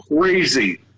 Crazy